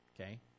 Okay